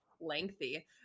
lengthy